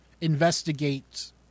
investigate